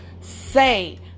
say